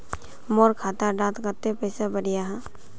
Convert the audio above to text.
मोर खाता डात कत्ते पैसा बढ़ियाहा?